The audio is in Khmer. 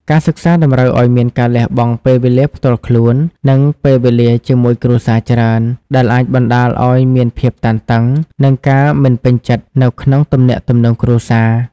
ការសិក្សាតម្រូវឱ្យមានការលះបង់ពេលវេលាផ្ទាល់ខ្លួន និងពេលវេលាជាមួយគ្រួសារច្រើន ដែលអាចបណ្តាលឱ្យមានភាពតានតឹង និងការមិនពេញចិត្តនៅក្នុងទំនាក់ទំនងគ្រួសារ។